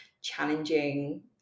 challenging